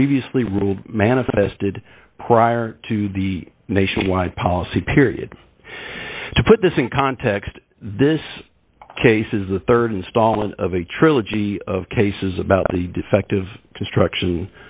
previously ruled manifested prior to the nationwide policy period to put this in context this case is the rd installment of a trilogy of cases about the defective destruction